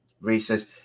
Reese